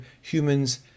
humans